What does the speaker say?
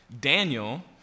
Daniel